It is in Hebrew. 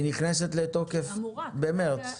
היא נכנסת לתוקף במרץ.